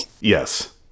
Yes